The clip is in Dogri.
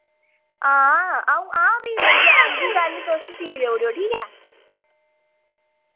हां अ'ऊं आं फ्ही लेइयै औगी कल तुस सी देऊड़ेओ ठीक ऐ